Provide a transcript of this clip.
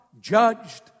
judged